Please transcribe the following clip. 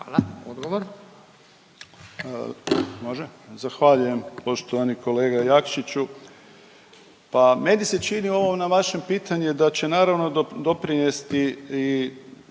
Krunoslav (HDZ)** Zahvaljujem poštovani kolega Jakšiću. Pa meni se čini ovo vaše pitanje da će naravno doprinesti i